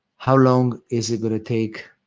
how long is it going to take?